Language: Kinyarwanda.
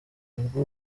ubwo